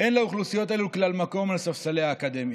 אין לאוכלוסיות אלה כלל מקום על ספסלי האקדמיה.